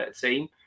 team